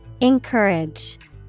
Encourage